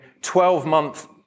12-month